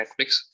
Netflix